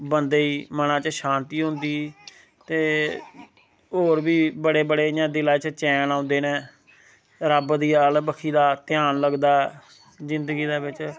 बंदे गी मना च शांति हुंदी ते और बी बड़े बड़े इयां दिला च चैन आंदे न रब्ब दी आह्ला बक्खी दा ध्यान लगदा जिंदगी दे बिच